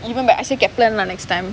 even b~ I say Kaplan lah next time